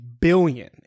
billion